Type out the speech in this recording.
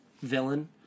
villain